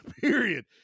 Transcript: period